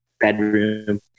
bedroom